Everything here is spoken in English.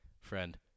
Friend